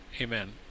Amen